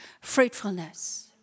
fruitfulness